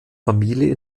familie